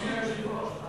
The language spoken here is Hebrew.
אדוני היושב-ראש,